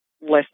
listen